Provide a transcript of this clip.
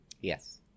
Yes